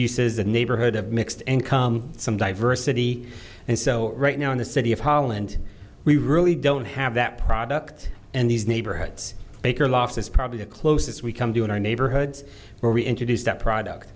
uses a neighborhood of mixed income some diversity and so right now in the city of holland we really don't have that product and these neighborhoods baker loss is probably the closest we come to in our neighborhoods where we introduce that product